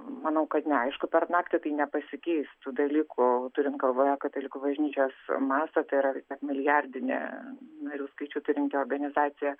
manau kad neaišku per naktį tai nepasikeis tų dalykų turint galvoje katalikų bažnyčios mastas ir milijardinę narių skaičių turinti organizacija